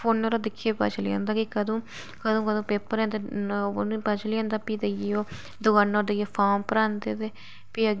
फोना परा दिक्खिये पता चली जंदा कि कदूं कदूं कदूं पेपर ऐ ते उनेंगी पता चली जंदा फी जाइये ओह् दुकाना पर जाइये फार्म भरांदे ते फी अग्गै फोना पर दिक्खिये पढ़दे जां कियां बी कताबां लेइये ओह् अपने जेह्के पेपर हुंदे उंदी त्यारी करदे